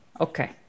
Okay